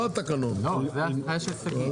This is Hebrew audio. היה בירור חשוב.